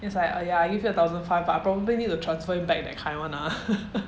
it's like uh ya I give you a thousand five but I'll probably need to transfer him back that kind [one] ah